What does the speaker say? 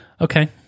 Okay